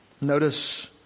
Notice